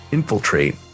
Infiltrate